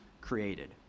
created